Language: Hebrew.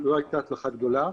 ולא הייתה הצלחה גדולה,